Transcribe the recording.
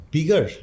Bigger